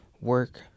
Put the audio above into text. work